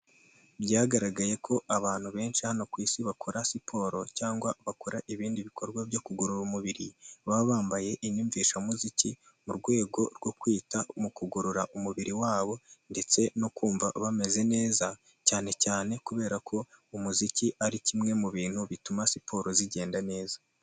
Byagaragaye ko abantu benshi hano ku isi bakora siporo cyangwa bakora ibindi bikorwa byo kugorora umubiri, baba bambaye inyumvishamuziki mu rwego rwo kwita mu kugorora umubiri wabo ndetse no kumva bameze neza cyane cyane kubera ko umuziki ari kimwe mu bintu bituma siporo zigenda neza.